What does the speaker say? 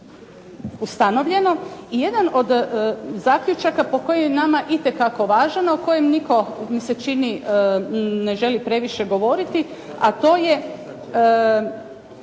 I jedan od zaključaka po kojem je nama itekako važno, a o kojem nitko mi se čini ne želi previše govoriti, a to je.